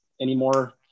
anymore